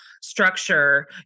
structure